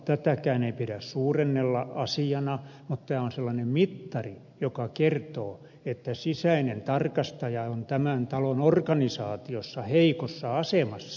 tätäkään ei pidä suurennella asiana mutta tämä on sellainen mittari joka kertoo että sisäinen tarkastaja on tämän talon organisaatiossa heikossa asemassa